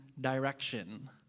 direction